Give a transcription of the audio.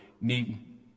need